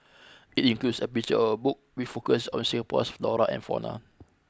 it includes a picture of a book we focuses on Singapore's flora and fauna